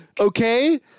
Okay